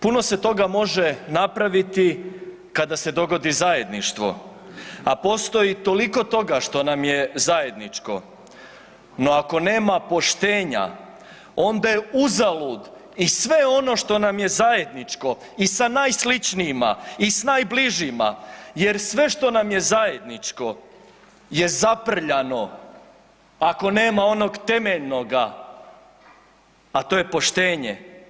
Puno toga se može napraviti kada se dogodi zajedništvo, a postoji toliko toga što nam je zajedničko, no ako nema poštenja onda je uzalud i sve ono što nam je zajedničko i sa najsličnijima i sa najbližima jer sve što nam je zajedničko je zaprljano, ako nema onog temeljnoga, a to je poštenje.